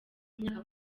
myaka